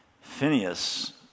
Phineas